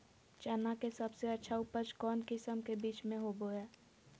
चना के सबसे अच्छा उपज कौन किस्म के बीच में होबो हय?